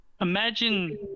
imagine